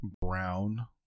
brown